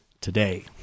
today